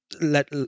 let